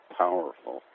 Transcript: powerful